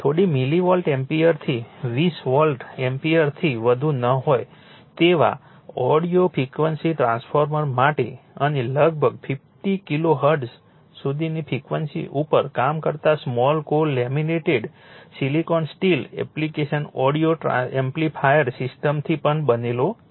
થોડા millivolt એમ્પીયરથી 20 volt એમ્પીયરથી વધુ ન હોય તેવા ઓડિયો ફ્રીક્વન્સી ટ્રાન્સફોર્મર્સ માટે અને લગભગ 15 કિલો હર્ટ્ઝ સુધીની ફ્રીક્વન્સી ઉપર કામ કરતા small core laminated silicon steel application audio amplifier સિસ્ટમથી પણ બનેલો છે